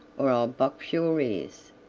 or i'll box your ears.